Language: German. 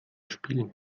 spielen